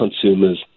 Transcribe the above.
consumers